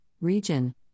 region